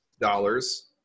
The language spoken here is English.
dollars